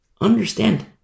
understand